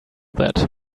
that